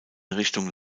richtung